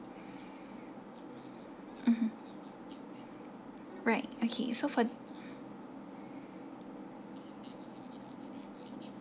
mmhmm right okay so for